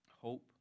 hope